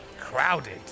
crowded